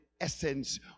essence